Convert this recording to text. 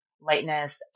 lightness